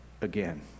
again